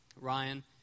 Ryan